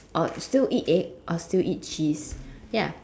or still egg or still eat cheese ya